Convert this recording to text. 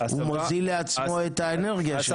הוא מוזיל לעצמו את האנרגיה שלו.